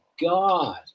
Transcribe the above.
god